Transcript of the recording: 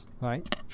right